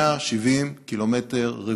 170 קילומטר רבועים.